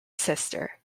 sister